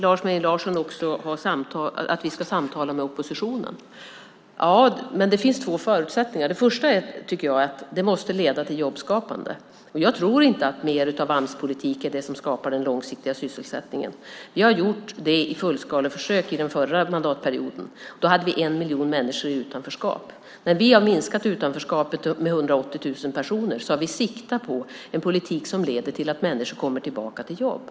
Lars Mejern Larsson vill att vi ska samtala med oppositionen. Det finns två förutsättningar för det. Den första är att det måste leda till jobbskapande. Jag tror inte att mer Amspolitik är det som skapar den långsiktiga sysselsättningen. Vi har gjort det i fullskaleförsök under den förra mandatperioden. Då hade vi en miljon människor i utanförskap. När vi har minskat utanförskapet med 180 000 personer har vi siktat på en politik som leder till att människor kommer tillbaka till jobb.